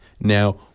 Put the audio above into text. Now